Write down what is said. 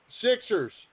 Sixers